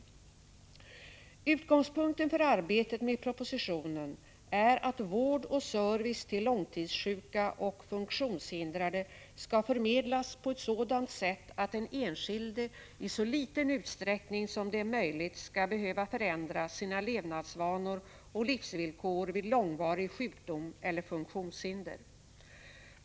Utgångspunkten för arbetet med propositionen är att vård och service för långtidssjuka och funktionshindrade skall förmedlas på ett sådant sätt att den enskilde i så liten utsträckning som det är möjligt skall behöva förändra sina levnadsvanor och livsvillkor vid långvarig sjukdom eller funktionshinder.